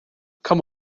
come